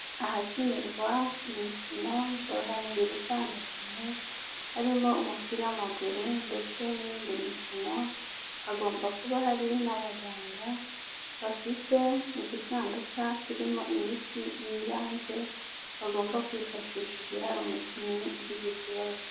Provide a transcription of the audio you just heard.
Ahakinirwa imikino ngororamubiri itandukanye, harimo umupira w'amaguru ndetse n'iyinindi mikino, hagomba kuba hari n'abaganga bafite udusanduka turimo imiti y'ibanze, bagomba kwifashisha igihe hari umukinnyi ugize ikibazo.